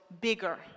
bigger